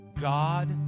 God